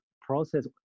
process